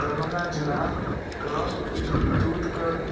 दरभंगा जिलाके दूधके